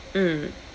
mm